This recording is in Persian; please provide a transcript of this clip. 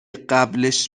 قبلش